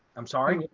i'm sorry.